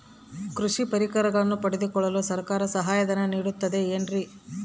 ಕೃಷಿ ಪರಿಕರಗಳನ್ನು ಪಡೆದುಕೊಳ್ಳಲು ಸರ್ಕಾರ ಸಹಾಯಧನ ನೇಡುತ್ತದೆ ಏನ್ರಿ?